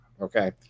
Okay